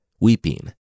Weeping